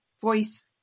voice